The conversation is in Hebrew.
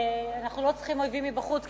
אנחנו לא צריכים אויבים מבחוץ,